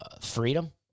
freedom